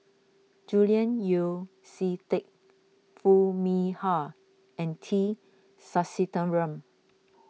Julian Yeo See Teck Foo Mee Har and T Sasitharan